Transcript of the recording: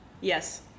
Yes